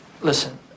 listen